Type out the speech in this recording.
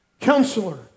Counselor